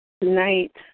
Tonight